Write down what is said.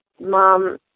mom